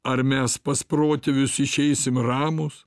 ar mes pas protėvius išeisim ramūs